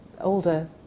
older